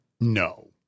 No